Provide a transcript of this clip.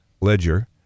ledger